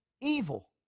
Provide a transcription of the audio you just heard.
evil